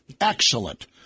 Excellent